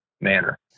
manner